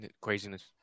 craziness